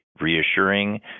reassuring